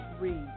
Read